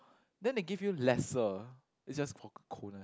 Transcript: then they give you lesser it's just